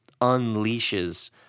unleashes